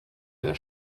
der